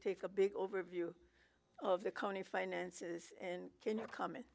take a big overview of the county finances and can comment